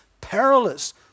Perilous